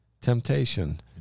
temptation